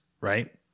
right